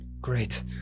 great